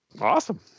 Awesome